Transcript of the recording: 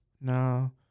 No